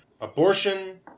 abortion